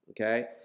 okay